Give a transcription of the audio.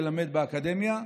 ללמד באקדמיה.